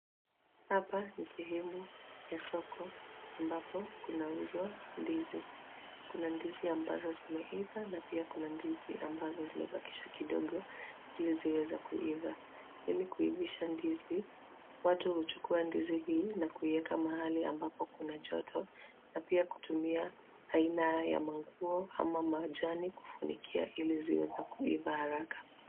Hapa ni sehemu ya soko ambapo kunauzwa ndizi. Kuna ndizi ambazo zimeiva na pia kuna ndizi ambazo zimebakishwa kidogo ili ziweze kuiva. Ili kuivisha ndizi, watu huchukua ndizi hii na kuiweka mahali ambapo kuna joto na pia kutumia aina ya manguo ama majani kufunikia ili ziweze kuivaa haraka.